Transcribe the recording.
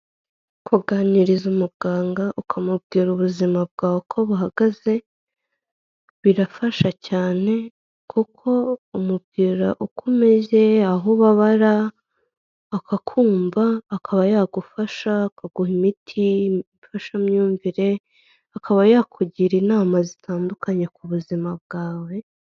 Kuganiriza umuganga ukamubwira ubuzima bwawe ko buhagaze birafasha cyane kuko umubwira uko umeze aho ubabara akakumva, akaba yagufasha akaguha imiti y'imfashamyumvire akaba yakugira inama zitandukanye ku buzima bwawe.